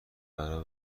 برا